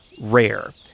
rare